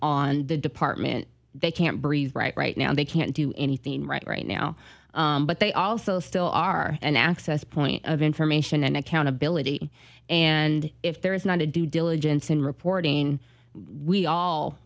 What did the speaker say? on the department they can't breathe right right now they can't do anything right right now but they also still are an access point of information and accountability and if there is not a due diligence in reporting we all